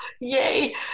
yay